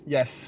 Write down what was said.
Yes